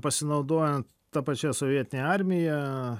pasinaudojant ta pačia sovietine armija